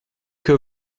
que